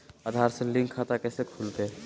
आधार से लिंक खाता कैसे खुलते?